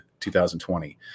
2020